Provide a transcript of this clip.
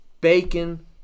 Bacon